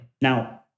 Now